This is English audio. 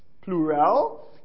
plural